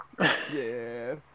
Yes